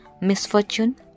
misfortune